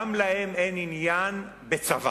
שגם להם אין עניין בצבא.